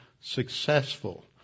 successful